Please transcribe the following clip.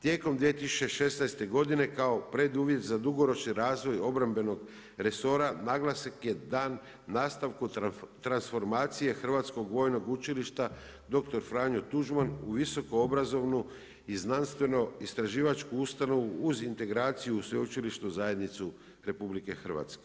Tijekom 2016. godine, kao preduvjet za dugoročni razvoj obrambenog resora, naglasak je dan nastavku transformacije Hrvatskog vojnog učilišta dr. Franjo Tuđman u visokoobrazovnu i znanstveno-istraživačku ustanovu uz integraciju sveučilišnu zajednicu RH.